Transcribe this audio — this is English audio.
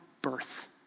birth